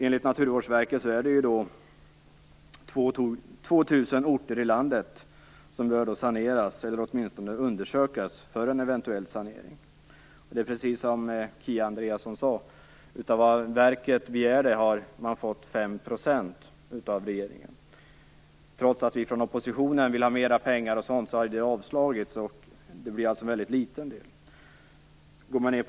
Enligt Naturvårdsverket är det 2 000 orter i landet som behöver saneras eller åtminstone undersökas för en eventuell sanering. Det är precis som Kia Andreasson sade: Av vad verket begärde har man fått 5 % av regeringen. Trots att vi från oppositionen vill ha mera pengar har det avslagits, och kvar blev alltså en väldigt liten del.